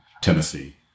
Tennessee